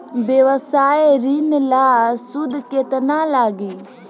व्यवसाय ऋण ला सूद केतना लागी?